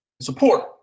support